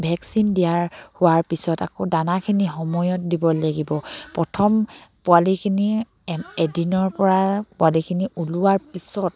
vaccine দিয়াৰ হোৱাৰ পিছত আকৌ দানাখিনি সময়ত দিব লাগিব প্ৰথম পোৱালিখিনি এম এদিনৰ পৰা পোৱালিখিনি ওলোৱাৰ পিছত